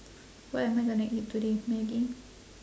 what am I gonna eat today maggi